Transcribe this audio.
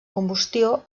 combustió